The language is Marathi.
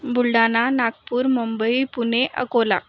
बुलढाणा नागपूर मुंबई पुणे अकोला